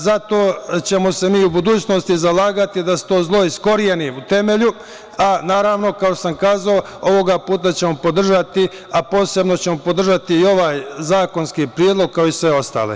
Zato ćemo se mi i u budućnosti zalagati da se to zlo iskoreni u temelju, a naravno, kao što sam kazao, ovog puta ćemo podržavati, a posebno ćemo podržati i ovaj zakonski predlog, kao i sve ostale.